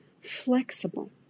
flexible